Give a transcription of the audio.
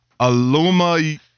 Aluma